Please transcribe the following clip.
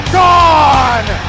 gone